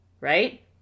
right